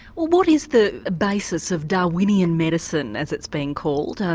well what is the basis of darwinian medicine, as it's being called,